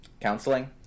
Counseling